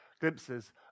glimpses